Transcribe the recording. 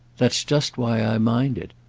that's just why i mind it.